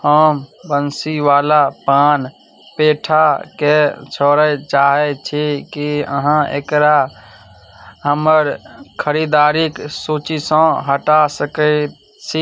हम बंशीवला पान पेठाके छोड़य चाहय छी कि अहाँ एकरा हमर खरीदारीक सूचीसँ हटा सकैत छी